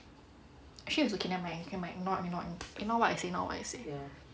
actually it's okay never mind never mind ignore ignore ignore what I say ignore what I say